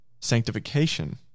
sanctification